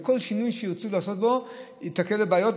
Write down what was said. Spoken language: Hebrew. כל שינוי שירצו לעשות בו ייתקל בבעיות,